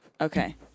Okay